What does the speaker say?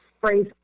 phrase